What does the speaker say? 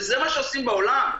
וזה מה שעושים בעולם.